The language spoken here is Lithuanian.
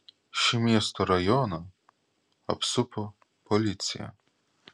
šį miesto rajoną apsupo policija